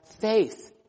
faith